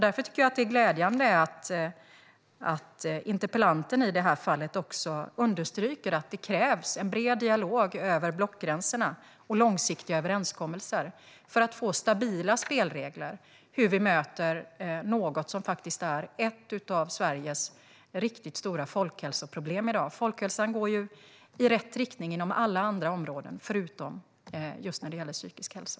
Därför tycker jag att det är glädjande att interpellanten i det här fallet också understryker att det krävs en bred dialog över blockgränserna och långsiktiga överenskommelser för att få stabila spelregler för hur vi möter något som faktiskt är ett av Sveriges riktigt stora folkhälsoproblem i dag. Folkhälsan går ju i rätt riktning inom alla andra områden, förutom just när det gäller psykisk hälsa.